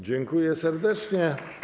Dziękuję serdecznie.